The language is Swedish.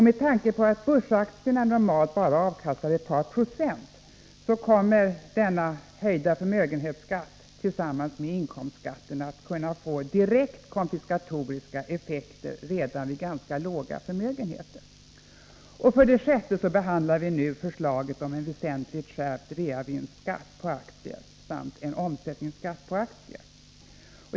Med tanke på att börsaktierna normalt bara avkastar ett par procent kommer denna höjda förmögenhetsskatt tillsammans med inkomstskatten att kunna få direkt konfiskatoriska effekter redan vid ganska låga förmögenheter. 6. Nu behandlar vi förslaget om en väsentlig skärpning av realisationsvinstskatten på aktier samt en omsättningsskatt på aktier.